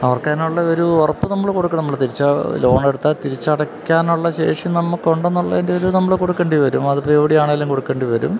അവർക്കതിനുള്ള ഒരു ഉറപ്പ് നമ്മള് കൊടുക്കണം നമ്മള് ലോണെടുത്താല് തിരിച്ചടയ്ക്കാനുള്ള ശേഷി നമുക്കുണ്ടെന്നുള്ളതിന്റെ ഒരിത് നമ്മള് കൊടുക്കേണ്ടി വരും അതിപ്പോള് എവിടെയാണെങ്കിലും കൊടുക്കേണ്ടി വരും